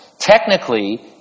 Technically